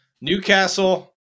Newcastle